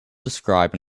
describe